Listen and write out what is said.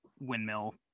windmill